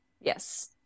Yes